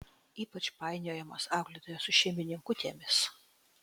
ypač painiojamos auklėtojos su šeimininkutėmis